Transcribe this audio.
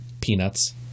peanuts